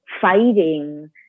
fighting